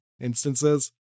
instances